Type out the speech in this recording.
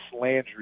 Landry